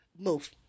move